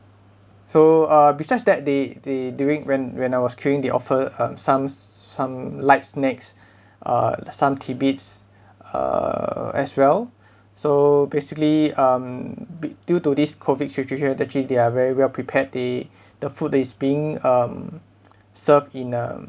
so uh besides that they they during when when I was queueing they offered um some some light snacks uh some tidbits uh as well so basically um b~ due to this COVID situation actually they are very well prepared they the food that's being um served in a